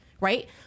right